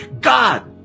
God